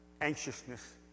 anxiousness